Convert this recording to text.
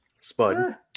Spud